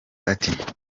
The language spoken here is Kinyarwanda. ati